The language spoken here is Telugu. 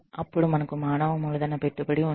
అప్పుడు మనకు మానవ మూలధన పెట్టుబడి ఉంది